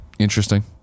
interesting